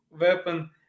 weapon